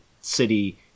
city